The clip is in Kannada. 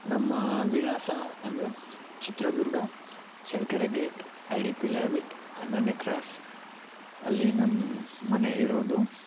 ನಮ್ಮ ವಿಳಾಸ ಅಂದರೆ Chitradurga Challakere gate I D P layout ಹನ್ನೊಂದನೇ ಕ್ರಾಸ್ ಅಲ್ಲಿ ನಮ್ಮ ಮನೆ ಇರೋದು